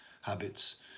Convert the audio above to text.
habits